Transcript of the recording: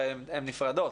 הרי הן נפרדות.